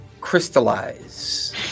crystallize